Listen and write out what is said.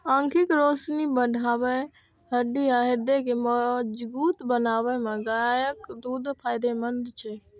आंखिक रोशनी बढ़बै, हड्डी आ हृदय के मजगूत बनबै मे गायक दूध फायदेमंद छै